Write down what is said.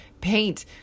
paint